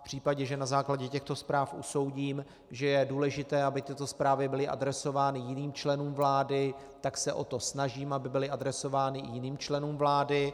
V případě, že na základě těchto zpráv usoudím, že je důležité, aby tyto zprávy byly adresovány jiným členům vlády, tak se o to snažím, aby byly adresovány i jiným členům vlády.